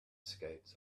skates